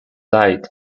died